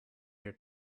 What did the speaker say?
here